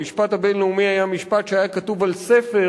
המשפט הבין-לאומי שהיה משפט שהיה כתוב על ספר,